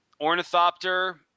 Ornithopter